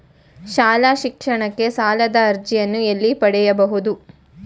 ಶಾಲಾ ಶಿಕ್ಷಣಕ್ಕೆ ಸಾಲದ ಅರ್ಜಿಯನ್ನು ಎಲ್ಲಿ ಪಡೆಯಬಹುದು?